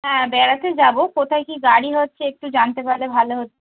হ্যাঁ বেড়াতে যাবো কোথায় কি গাড়ি হচ্ছে একটু জানতে পারলে ভালো হত